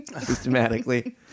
systematically